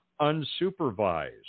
unsupervised